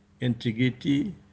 integrity